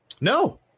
no